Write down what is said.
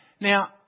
Now